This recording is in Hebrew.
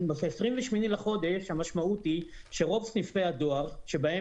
ב-28 בחודש המשמעות היא שרוב סניפי הדואר שבהם